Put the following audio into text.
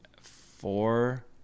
four